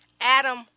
Adam